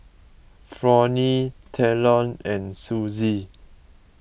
Fronnie Talon and Suzie